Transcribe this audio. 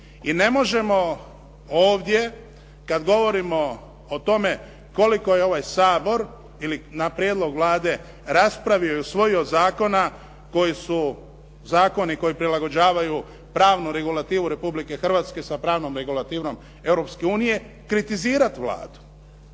i ne možemo ovdje kad govorimo o tome koliko je ovaj Sabor ili na prijedlog Vlade raspravio i usvojio zakona koji su zakoni koji prilagođavaju pravnu regulativu Republike Hrvatske sa pravnom regulativom Europske unije kritizirati Vladu.